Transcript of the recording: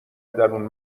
درون